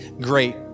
great